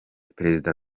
perezida